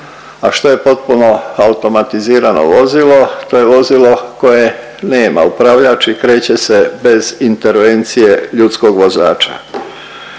a što je potpuno automatizirano vozilo? To je vozilo koje nema upravljač i kreće se bez intervencije ljudskog vozača.